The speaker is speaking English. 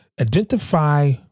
identify